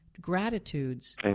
Gratitudes